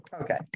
Okay